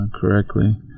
correctly